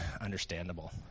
understandable